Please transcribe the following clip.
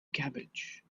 cabbage